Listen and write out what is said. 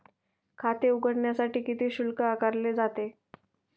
खाते उघडण्यासाठी किती शुल्क आकारले जाते?